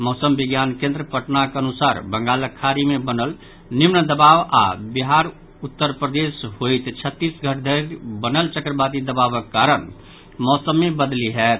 मौसम विज्ञान केन्द्र पटनाक अनुसार बंगालक खाड़ी मे बनल निम्न दबाव आओर बिहार उत्तर प्रदेश होयत छत्तीसगढ़ धरि बनल चक्रवाती दबावक कारण मौसम मे बदलि होयत